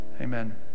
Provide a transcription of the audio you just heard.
amen